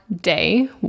day